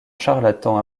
charlatan